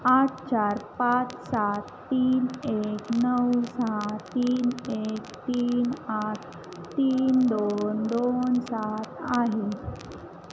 आठ चार पाच सात तीन एक नऊ सहा तीन एक तीन आठ तीन दोन दोन सात आहे